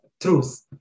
truth